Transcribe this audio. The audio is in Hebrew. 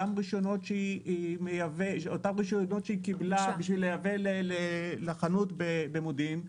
אותם רישיונות שהיא קיבלה בשביל לייבא לחנות במודיעין,